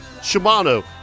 Shimano